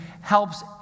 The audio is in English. helps